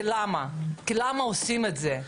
למה עושים את זה?